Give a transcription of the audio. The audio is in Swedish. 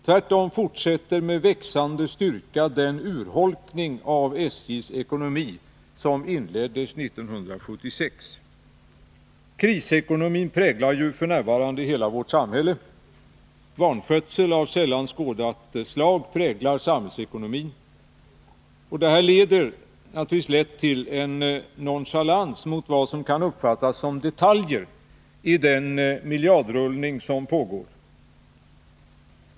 Tvärtom fortsätter med växande styrka den urholkning av SJ:s ekonomi som inleddes 1976. Krisekonomin präglar ju f. n. hela vårt samhällsliv. Vanskötsel av sällan skådat slag präglar samhällsekonomin. Detta leder lätt till en stor nonchalans mot vad som kan uppfattas som detaljer i den miljardrullning som pågår.